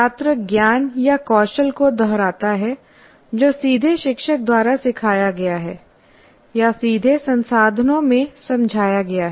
छात्र ज्ञान या कौशल को दोहराता है जो सीधे शिक्षक द्वारा सिखाया गया है या सीधे संसाधनों में समझाया गया है